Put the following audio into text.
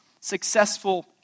successful